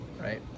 right